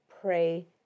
pray